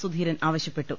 സുധീരൻ ആവശ്യപ്പെട്ടു